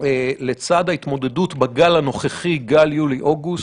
לצד ההתמודדות בגל הנוכחי, גל יולי-אוגוסט,